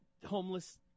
Homeless